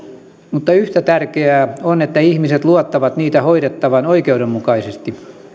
mutta yhtä tärkeää on että ihmiset luottavat niitä hoidettavan oikeudenmukaisesti